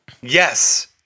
Yes